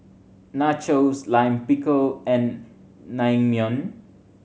Nachos Lime Pickle and Naengmyeon